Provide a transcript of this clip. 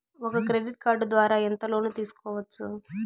ఒక credit card ద్వారా ఎంత లోను తీసుకోవచ్చు?